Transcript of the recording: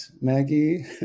Maggie